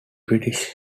british